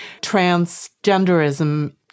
transgenderism